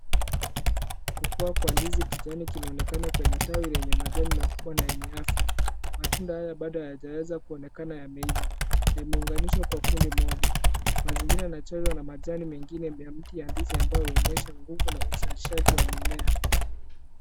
Kukua kwa ndizi kijani kinaonekana kwenye tawi lenye tawi lenye majani makubwa na yenye afya. Matunda haya bado hayajaeza kuonekana yameiva. Yameunganishwa kwa kundi moja. Mazingira yanacheza na majani mengine ya mti ya ndizi ambayo huonyesha nguvu na uzalishaji wa mimea.